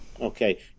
Okay